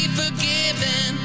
forgiven